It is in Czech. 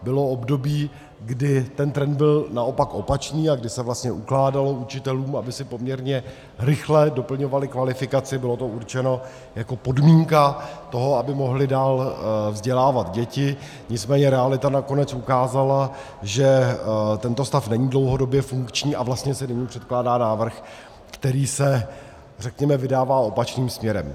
To znamená, bylo období, kdy ten trend byl naopak opačný a kdy se vlastně ukládalo učitelům, aby si poměrně rychle doplňovali kvalifikaci, bylo to určeno jako podmínka toho, aby mohli dál vzdělávat děti, nicméně realita nakonec ukázala, že tento stav není dlouhodobě funkční, a vlastně se nyní předkládá návrh, který se, řekněme, vydává opačným směrem.